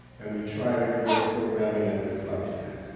and we try to create programming that reflects that.